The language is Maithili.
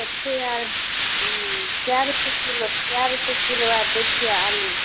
कतेक आओर हुँ कै रुपैए किलो कै रुपैए किलो आओर दै छिए आलू